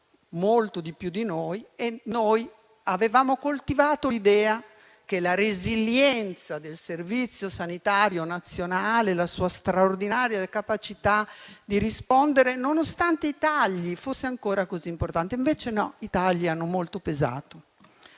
molto di più di noi, mentre noi avevamo coltivato l'idea che la resilienza del Servizio sanitario nazionale, la sua straordinaria capacità di rispondere nonostante i tagli, fosse ancora così importante. Invece non era così: i tagli hanno pesato